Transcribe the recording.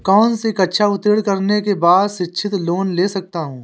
कौनसी कक्षा उत्तीर्ण करने के बाद शिक्षित लोंन ले सकता हूं?